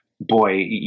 boy